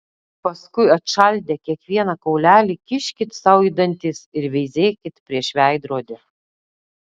paskui atšaldę kiekvieną kaulelį kiškit sau į dantis ir veizėkit prieš veidrodį